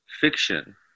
fiction